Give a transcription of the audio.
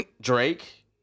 Drake